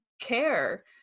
care